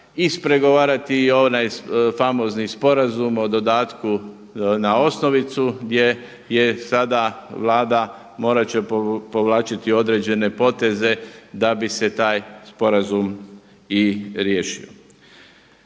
ispregovarati i onaj famozni sporazum o dodatku na osnovicu gdje je sada Vlada, morati će povlačiti određene poteze da bi se taj sporazum i riješio.